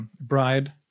bride